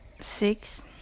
six